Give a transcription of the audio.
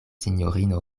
sinjorino